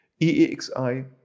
EEXI